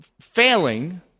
failing